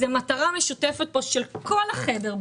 זו מטרה משותפת של כל החדר,